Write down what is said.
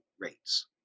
rates